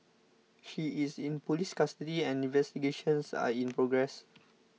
she is in police custody and investigations are in progress